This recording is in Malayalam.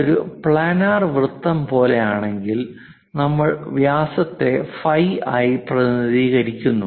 ഇത് ഒരു പ്ലാനാർ വൃത്തം പോലെയാണെങ്കിൽ നമ്മൾ വ്യാസത്തിനെ ഫൈ ആയി പ്രതിനിധീകരിക്കുന്നു